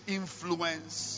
influence